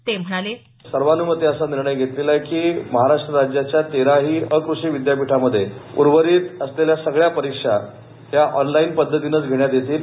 ते म्हणाले सर्वांनुमते असा निर्णय घेतलेला आहे की महाराष्ट्र राज्याच्या तेराही अकृषी विद्यापीठांमध्ये उर्वरीत असलेल्या सगळ्या परीक्षा ह्या ऑनलाइन पद्धतीनंच घेण्यात येतील